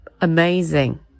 amazing